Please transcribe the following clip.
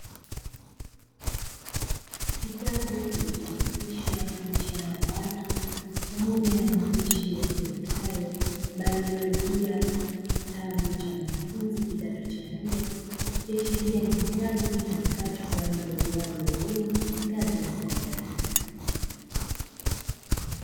Kitabu kilichochapishwa picha ya watu, pamoja na maandishi yasomekayo "baiolojia kitabu cha mwanafunzi kidato cha nne", ikiashiria ni kitabu kitumikacho kwa ajili ya utoaji wa elimu ngazi ya sekondari.